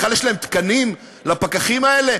בכלל, יש להם תקנים לפקחים האלה?